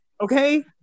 Okay